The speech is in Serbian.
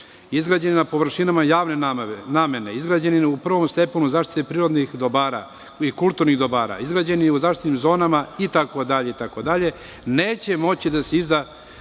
izgrađeni na površinama javne namene, izgrađeni u prvom stepenu zaštite prirodnih i kulturnih dobara, izgrađeni u zaštitnim zonama itd, neće moći da se naknadno